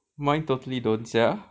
mine totally don't sia